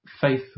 faith